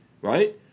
right